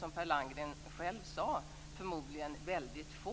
Som Per Landgren själv sade är de förmodligen väldigt få.